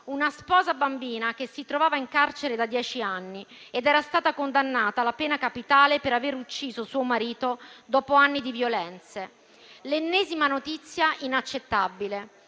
una sposa bambina che si trovava in carcere da dieci anni ed era stata condannata alla pena capitale per aver ucciso suo marito dopo anni di violenze. È l'ennesima notizia inaccettabile.